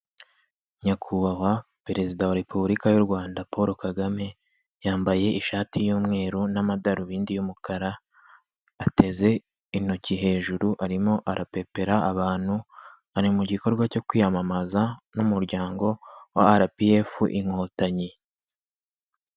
Nyakubahwa perezida wa Repubulika y'u Rwanda Paul Kagame, yambaye ishati y'umweru n'amadarubindi y'umukara, ateze intoki hejuru arimo arapepera abantu, ari mu gikorwa cyo kwiyamamaza n'umuryango wa RPF Inkotanyi.